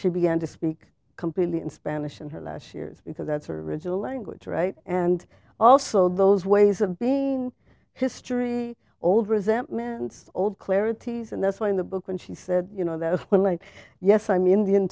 she began to speak completely in spanish in her last years because that's her original lang right and also those ways of being history old resentments old clarities and that's why in the book when she said you know that when like yes i